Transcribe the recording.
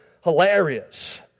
hilarious